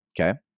Okay